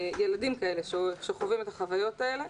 ילדים כאלה שחווים את החוויות האלה.